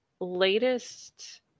latest